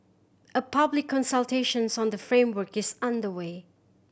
a public consultations on the framework is underway